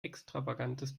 extravagantes